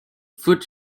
food